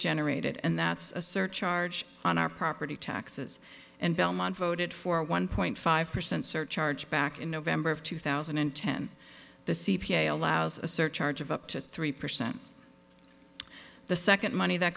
generated and that's a surcharge on our property taxes and belmont voted for a one point five percent surcharge back in november of two thousand and ten the c p a allows a surcharge of up to three percent the second money that